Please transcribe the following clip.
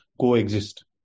coexist